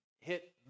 hit